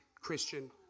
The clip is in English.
Christian